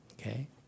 okay